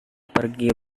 pergi